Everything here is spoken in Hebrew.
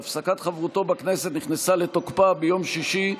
שהפסקת חברותו בכנסת נכנסה לתוקפה ביום שישי,